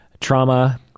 Trauma